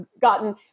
gotten